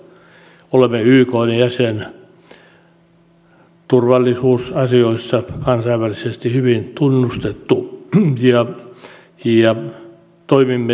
olemme ykn jäsen turvallisuusasioissa kansainvälisesti hyvin tunnustettu ja toimimme diplomatian keinoin